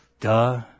Duh